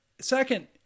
Second